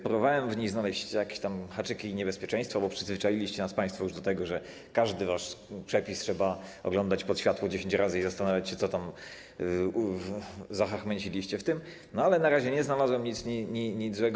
Próbowałem w niej znaleźć jakieś tam haczyki i niebezpieczeństwa, bo przyzwyczailiście nas państwo już do tego, że każdy wasz przepis trzeba oglądać pod światło dziesięć razy i zastanawiać się, co tam zachachmęciliście w tym, no ale na razie nie znalazłem nic złego.